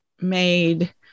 made